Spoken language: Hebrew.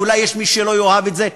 אולי יש מי שלא יאהב את זה,